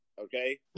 Okay